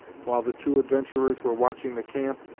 while the two adventurers were watching the camp,